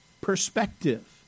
perspective